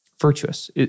Virtuous